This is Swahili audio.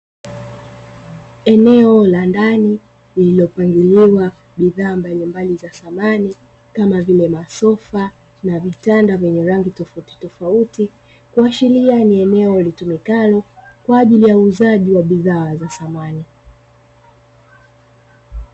Eneo la ndani lililopangiliwa bidhaa mbalimbali za samani kama vile masofa na vitanda vyenye rangi tofautitofauti, kuashiria ni eneo litumikalo kwa ajili ya uuzaji wa bidhaa za samani.